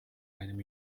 einem